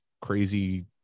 crazy